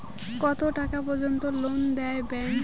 কত টাকা পর্যন্ত লোন দেয় ব্যাংক?